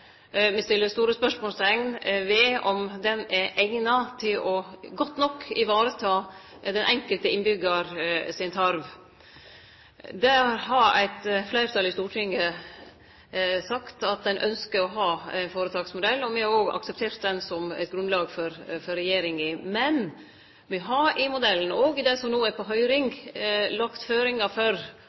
me set store spørsmålsteikn ved om han er godt nok eigna til å vareta den einskilde innbyggjars tarv. Der har eit fleirtal i Stortinget sagt at ein ynskjer å ha ein føretaksmodell. Me har òg akseptert han som eit grunnlag for regjeringa. Men me har i modellen – òg i det som no er på høyring – lagt føringar for